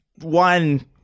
one